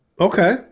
okay